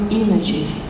images